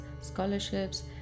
scholarships